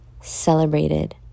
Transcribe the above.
celebrated